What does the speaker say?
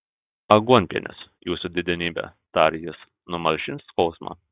aguonpienis jūsų didenybe tarė jis numalšins skausmą